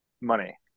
money